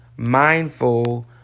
mindful